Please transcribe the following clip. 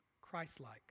Christ-like